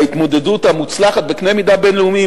ההתמודדות המוצלחת בקנה-מידה בין-לאומי עם